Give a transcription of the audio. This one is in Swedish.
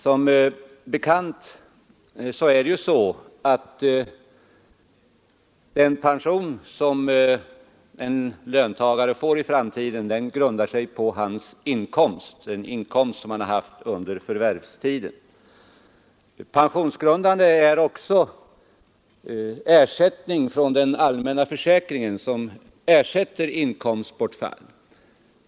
Den pension en löntagare skall få en gång i framtiden grundar sig som bekant på den inkomst han haft under förvärvstiden. Pensionsgrundande är också de belopp som utgått från den allmänna försäkringen som ersätter inkomstbortfall.